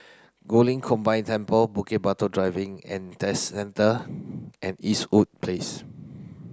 Guilin Combined Temple Bukit Batok Driving and Test Centre and Eastwood Place